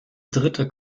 dritte